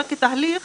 אבל כתהליך